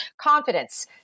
Confidence